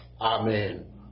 amen